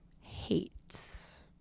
Hates